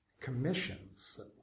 commissions